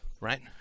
right